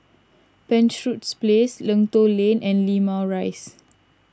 Penshurst Place Lentor Lane and Limau Rise